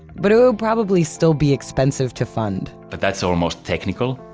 but it would probably still be expensive to fund but that's almost technical.